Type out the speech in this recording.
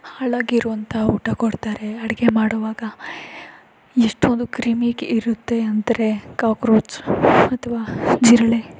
ಹಾಳಾಗಿರುವಂತಹ ಊಟ ಕೊಡ್ತಾರೆ ಅಡುಗೆ ಮಾಡುವಾಗ ಎಷ್ಟೊಂದು ಕ್ರಿಮಿ ಇರುತ್ತೆ ಅಂದರೆ ಕೋಕ್ರೋಚ್ ಅಥವಾ ಜಿರಳೆ